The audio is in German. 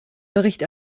bericht